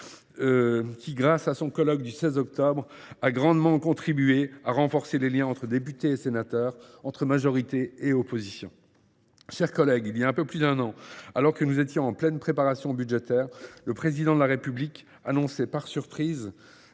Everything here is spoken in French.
qui, grâce à son colloque du 16 octobre dernier, a grandement contribué à renforcer les liens entre députés et sénateurs, entre majorités et oppositions. Mes chers collègues, voilà un peu plus d’un an, alors que nous étions en pleine préparation budgétaire, le Président de la République annonçait par surprise